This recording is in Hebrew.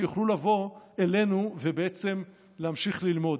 שיוכלו לבוא אלינו ולהמשיך ללמוד.